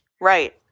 Right